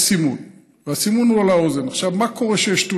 יש סימון, והסימון הוא על האוזן.